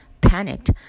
Panicked